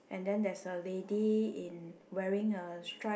and then there's a lady in wearing a stripe